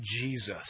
jesus